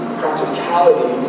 practicality